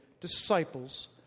disciples